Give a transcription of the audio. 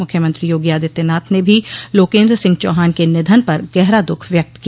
मुख्यमंत्री योगी आदित्यनाथ ने भी लोकेन्द्र सिंह चौहान के निधन पर गहरा दुःख व्यक्त किया